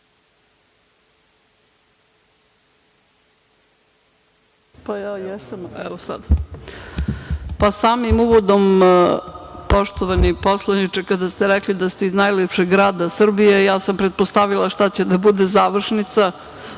Atanasković** Samim uvodom, poštovani poslaniče, kada ste rekli da ste iz najlepšeg grada Srbije, ja sam pretpostavila šta će da bude završnica,